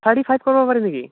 thirty five কৰিব পাৰি নেকি